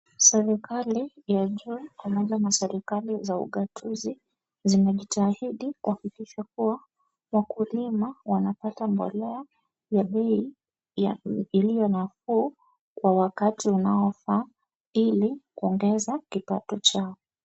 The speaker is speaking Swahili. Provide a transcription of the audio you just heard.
Serikali ya juu pamoja na serikali za ugatuzi, zimejitahidi kuhakikisha kuwa wakulima wanapata mbolea ya bei iliyo nafuu kwa wakati unaofaa, ili kuongeza kipato chao.